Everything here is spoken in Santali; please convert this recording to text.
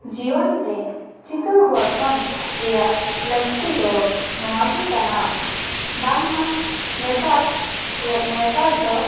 ᱡᱤᱭᱚᱱ ᱨᱮ ᱪᱤᱛᱟᱹᱨ ᱜᱚᱲᱦᱚᱱ ᱨᱮᱭᱟᱜ ᱞᱟ ᱠᱛᱤ ᱫᱚ ᱱᱚᱣᱟᱜᱮ ᱠᱟᱱᱟ ᱵᱟᱝᱢᱟ ᱱᱮᱛᱟᱨ ᱨᱮ ᱱᱮᱛᱟᱨ ᱫᱚ